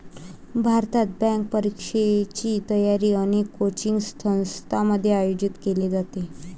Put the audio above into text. भारतात, बँक परीक्षेची तयारी अनेक कोचिंग संस्थांमध्ये आयोजित केली जाते